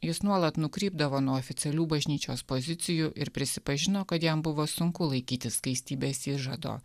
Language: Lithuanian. jis nuolat nukrypdavo nuo oficialių bažnyčios pozicijų ir prisipažino kad jam buvo sunku laikytis skaistybės įžado